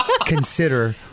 consider